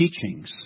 teachings